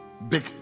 Big